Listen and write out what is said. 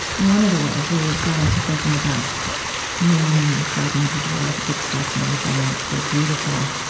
one of the ways you got into thinking about meaning in a fragmented world. the book starts in ravenna. it's very beautiful.